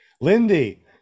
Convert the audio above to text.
Lindy